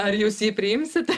ar jūs jį priimsite